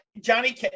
Johnny